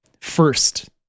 first